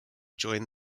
join